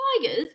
tigers